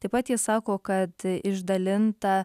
taip pat jie sako kad išdalinta